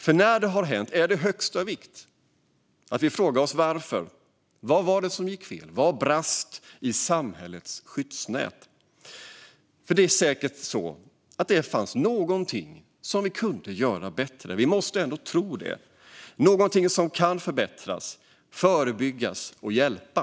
För när det har hänt är det av högsta vikt att vi frågar oss varför, vad som gick fel och vad som brast i samhällets skyddsnät. För det är säkert så att det fanns någonting som vi hade kunnat göra bättre. Vi måste ändå tro att det finns någonting som kan förbättras för att förebygga och hjälpa.